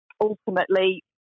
ultimately